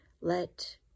let